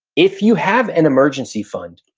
if you have an emergency fund,